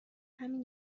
همین